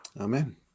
Amen